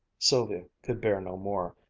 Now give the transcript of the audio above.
sylvia could bear no more,